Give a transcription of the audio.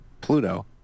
Pluto